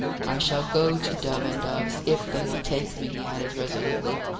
i shall go to dove and dove's if they will take me, he added, resolutely.